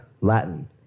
Latin